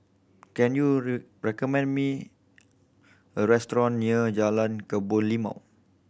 can you ray recommend me a restaurant near Jalan Kebun Limau